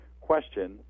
question